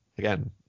Again